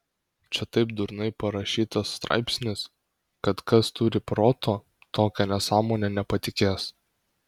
čia taip durnai parašytas straipsnis kad kas turi proto tokia nesąmone nepatikės